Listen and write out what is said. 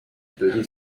petite